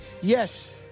yes